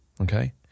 Okay